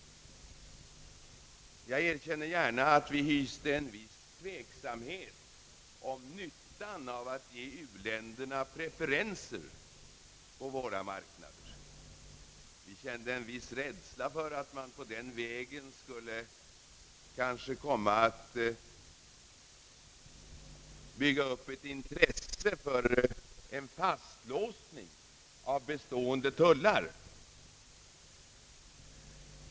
Jag erkänner gärna att vi hyste en viss tveksamhet om nyttan av att ge u-länderna preferenser på våra mark nader — vi kände en viss rädsla för att man på den vägen kanske skulle komma att bygga upp ett intresse för fastlåsning av bestående tullar.